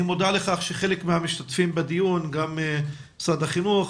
אני מודע לכך שחלק מהמשתתפים בדיון משרד החינוך,